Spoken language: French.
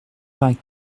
vingt